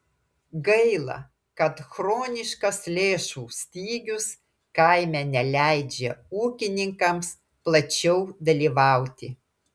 gaila kad chroniškas lėšų stygius kaime neleidžia ūkininkams plačiau dalyvauti